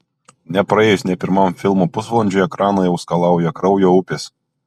nepraėjus nė pirmam filmo pusvalandžiui ekraną jau skalauja kraujo upės